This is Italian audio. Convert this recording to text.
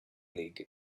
league